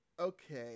okay